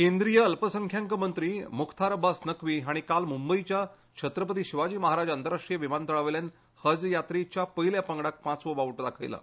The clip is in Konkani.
केंद्रीय अल्पसंख्यांक मंत्री मुख्तार अब्बास नक्की हांणी काल मुंबयच्या छत्रपती शिवाजी महाराज आंतराष्ट्रीय विमानतळावेल्यान हज यात्रेच्या पयल्या पंगडाक पांचवो झेंडो दाखयलो